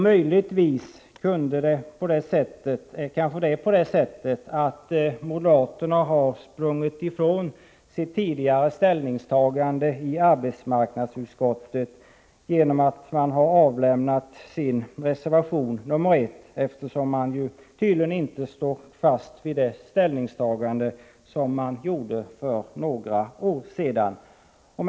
Möjligtvis har moderaterna sprungit ifrån sitt tidigare ställningstagande i arbetsmarknadsutskottet genom att avlämna reservation nr 1; tydligen står man inte fast vid den ställning som man tog för några år sedan. Herr talman!